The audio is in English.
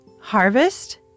harvest